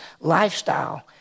lifestyle